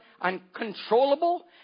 uncontrollable